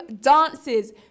dances